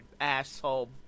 asshole